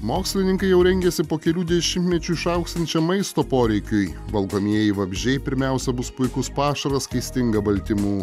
mokslininkai jau rengiasi po kelių dešimtmečių išaugsiančiam maisto poreikiui valgomieji vabzdžiai pirmiausia bus puikus pašaras kai stinga baltymų